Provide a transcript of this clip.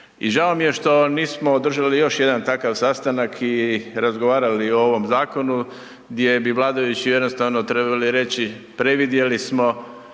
I žao mi je što nismo održali još jedan takav sastanak i razgovarali o ovom zakonu, gdje bi vladajući jednostavno trebali reći, previdjeli smo,